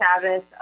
Sabbath